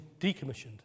decommissioned